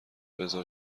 بذار